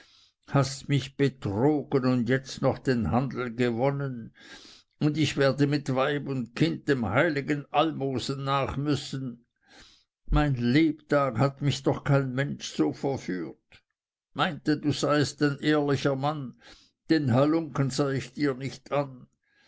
hast mich betrogen und jetzt noch den handel gewonnen und ich werde mit weib und kind dem heiligen almosen nach müssen mein lebtag hat mich doch kein mensch so verführt meinte du seiest ein ehrlicher mann den halunken sah ich dir nicht an